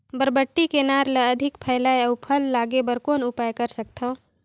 बरबट्टी के नार ल अधिक फैलाय अउ फल लागे बर कौन उपाय कर सकथव?